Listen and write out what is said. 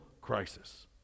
crisis